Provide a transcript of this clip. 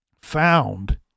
found